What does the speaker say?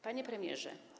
Panie Premierze!